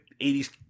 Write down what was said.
80s